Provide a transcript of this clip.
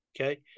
Okay